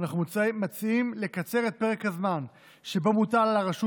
אנחנו מציעים לקצר את פרק הזמן שבו מוטל על הרשות